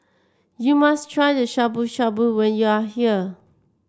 you must try the Shabu Shabu when you are here